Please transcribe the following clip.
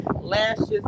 Lashes